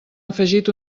afegit